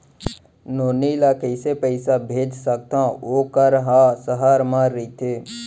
नोनी ल कइसे पइसा भेज सकथव वोकर ह सहर म रइथे?